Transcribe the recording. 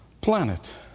planet